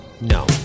No